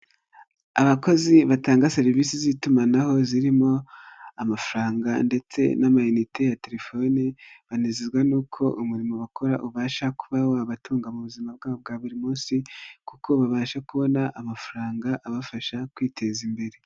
Abakozi batanga serivisi z'itumanaho zirimo amafaranga ndetse n'amayinite ya telefoni banezezwa n'uko umurimo bakora ubasha kuba wabatunga mu buzima bwabo bwa buri munsi kuko babasha kubona amafaranga abafasha kwiteza imbere.